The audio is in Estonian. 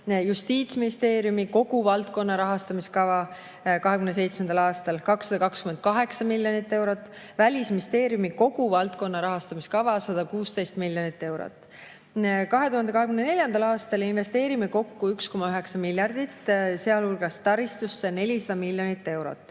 Justiitsministeeriumi kogu valdkonna rahastamiskava 2027. aastal on 228 miljonit eurot, Välisministeeriumi kogu valdkonna rahastamiskava on 116 miljonit eurot. 2024. aastal investeerime kokku 1,9 miljardit, sealhulgas taristusse 400 miljonit eurot.